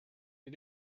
you